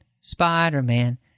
Spider-Man